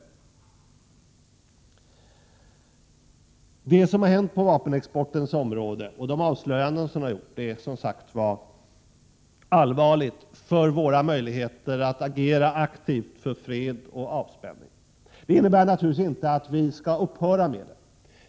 Det som har hänt på vapenexportens område enligt de avslöjanden som har gjorts är som sagt allvarligt för våra möjligheter att agera aktivt för fred och avspänning. Det innebär naturligtvis inte att vi skall upphöra med vapenexporten.